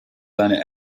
seine